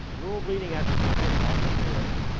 world-leading expert in auction theory,